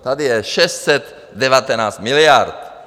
Tady je 619 miliard.